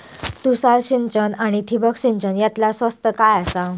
तुषार सिंचन आनी ठिबक सिंचन यातला स्वस्त काय आसा?